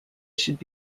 should